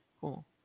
Cool